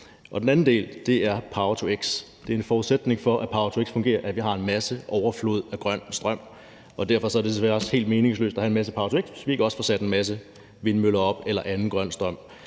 op. Den anden ting er power-to-x. Det er en forudsætning for, at power-to-x fungerer, at vi har en stor overflod af grøn strøm, og derfor er det desværre helt meningsløst at have en masse power-to-x, hvis vi ikke også får sat en masse vindmøller op eller anden grøn